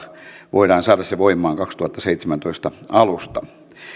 voidaan saada voimaan kaksituhattaseitsemäntoista alusta